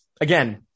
again